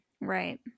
right